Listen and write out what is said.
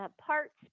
parts